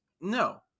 no